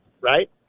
right